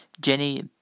Jenny